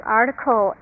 article